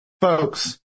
folks